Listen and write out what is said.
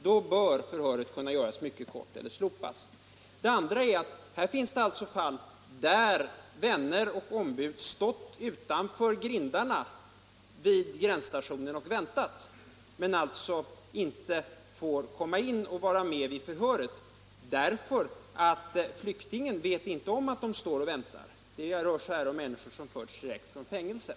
Då bör förhöret kunna göras mycket kort eller slopas. Det finns fall där vänner och ombud har stått utanför grindarna vid gränsstationen och väntat men inte fått komma in och vara med vid förhöret, därför att flyktingen inte vet att de står där och väntar. Det rör sig om flyktingar som har förts hit direkt från fängelset.